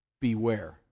Beware